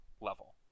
level